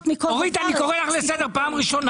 אורית, אני קורא לך לסדר פעם ראשונה.